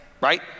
right